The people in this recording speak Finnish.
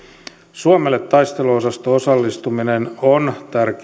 suomelle taisteluosasto osallistuminen on tärkeä